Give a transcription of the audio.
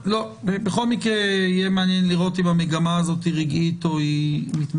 בכל מקרה יהיה מעניין לראות אם המגמה הזו היא רגעית או מתמשכת.